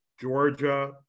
Georgia